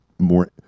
more